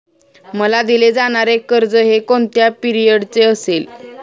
मला दिले जाणारे कर्ज हे कोणत्या पिरियडचे असेल?